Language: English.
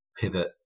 pivot